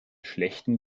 schlechten